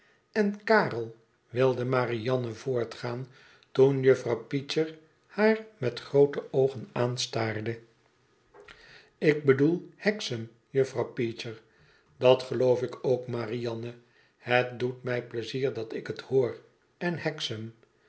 en karel wilde marianne voortgaan toen juffrouw peecher haar inet groote oogen aanstaarde ik bedoel hexaid juffrouw peecher dat geloof ik ook marianne het doet mij pleizier dat ik het hoor en